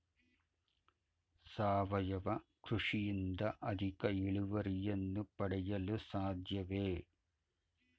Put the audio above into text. ಸಾವಯವ ಕೃಷಿಯಿಂದ ಅಧಿಕ ಇಳುವರಿಯನ್ನು ಪಡೆಯಲು ಸಾಧ್ಯವೇ?